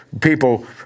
people